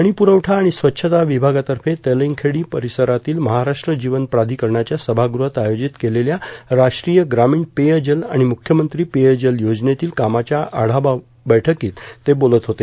पाणीपुरवठा आणि स्वच्छता विभागातर्फे तेलंगखेडी परिसरातील महाराष्ट्र जीवन प्राधिकरणाच्या सभागृहात आयोजित केलेल्या राष्ट्रीय ग्रामीण पेयजल आणि मुख्यमंत्री पेयजल योजनेतील कामाच्या आढावा बैठकीत ते बोलत होते